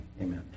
Amen